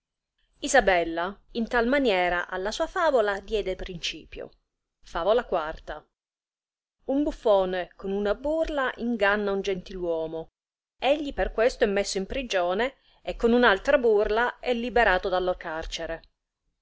in tal maniera alla sua favola diede principio favola iv un buffone con una burla inganna un gentil uomo egli per questo è messo in prigione e con un'altra burla è liberato dallo carcere